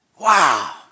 Wow